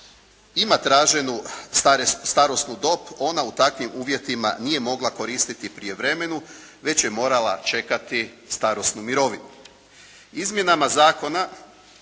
ima traženu starosnu dob, ona u takvim uvjetima nije mogla koristiti prijevremenu već je morala čekati starosnu mirovinu.